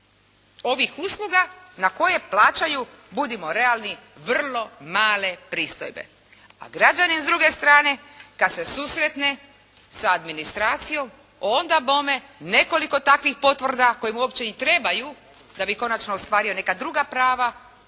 ovih usluga na koje plaćaju budimo realni vrlo male pristojbe. A građanin s druge strane kad se susretne s administracijom onda bome nekoliko takvih potvrda koje mu uopće i trebaju da bi konačno ostvario i neka druga prava